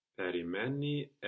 Perimeni